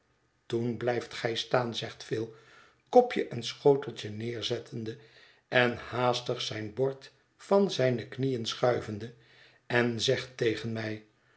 toen blijft gij staan zegt phil kopje en schoteltje neerzettende en haastig zijn bord van zijne knieën schuivende en zegt tegen mij